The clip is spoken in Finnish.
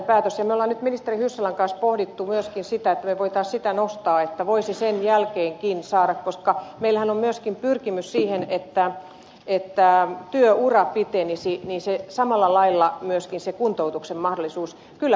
me olemme nyt ministeri hyssälän kanssa pohtineet myöskin sitä että me voisimme sitä ikää nostaa että voisi kuntoutusta sen jälkeenkin saada koska meillähän on myöskin pyrkimys siihen että työura pitenisi ja samalla lailla myöskin kuntoutuksen mahdollisuus voisi pidentyä